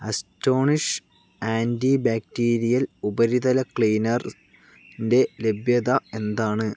astonish anti bacterial ഉപരിതല cleaner ന്റെ ലഭ്യത എന്താണ്